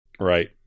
Right